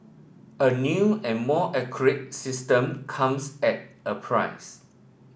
a new and more accurate system comes at a price